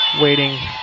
Waiting